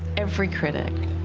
every critic,